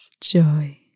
joy